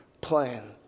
plan